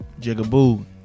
Jigaboo